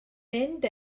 mynd